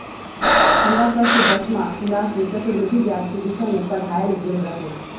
हमरा सभके दसमा किलास में चक्रवृद्धि ब्याज के विषय में पढ़ायल गेल रहै